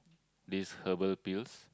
this herbal pills